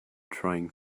trying